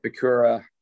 Bakura